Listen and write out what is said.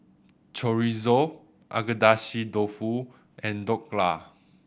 Chorizo Agedashi Dofu and Dhokla